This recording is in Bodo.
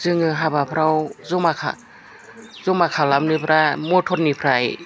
जोङो हाबाफोराव जमा खालामनोबा मथरनिफ्राय